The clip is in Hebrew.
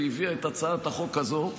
והביאה את הצעת החוק הזו,